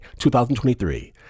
2023